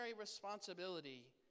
responsibility